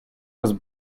was